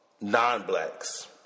non-blacks